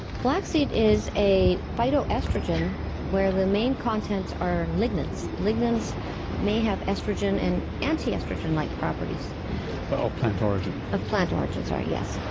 flaxseed is a phytoestrogen where the main contents are lignans. lignans may have oestrogen and anti-oestrogen-like properties. but of plant origins? of plant origins sorry, yes.